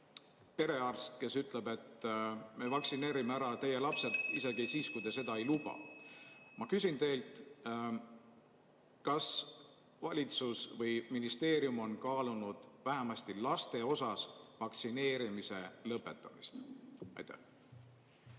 perearst, kes ütleb, et me vaktsineerime ära teie lapsed isegi siis, kui te seda ei luba. Ma küsin teilt, kas valitsus või ministeerium on kaalunud vähemasti laste vaktsineerimise lõpetamist. Tänan